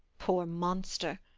poor monster,